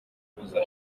kuvuza